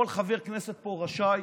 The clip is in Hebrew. כל חבר כנסת פה רשאי